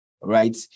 Right